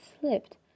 slipped